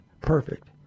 perfect